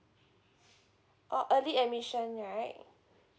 uh early admission right